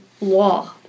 law